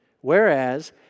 Whereas